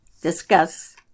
discuss